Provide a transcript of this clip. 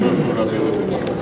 הם לא ייתנו להעביר את זה.